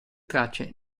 tracce